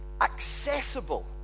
accessible